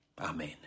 Amen